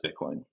bitcoin